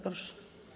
Proszę.